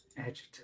Adjective